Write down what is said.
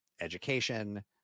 education